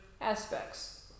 aspects